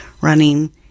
running